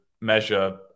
measure